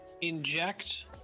inject